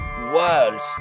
worlds